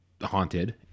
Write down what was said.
haunted